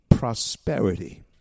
Prosperity